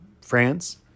France